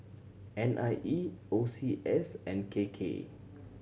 N I E O C S and K K